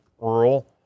rural